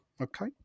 Okay